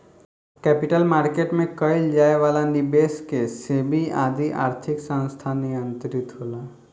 capital market में कईल जाए वाला निबेस के सेबी आदि आर्थिक संस्थान नियंत्रित होला